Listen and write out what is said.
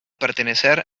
pertenecer